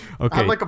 Okay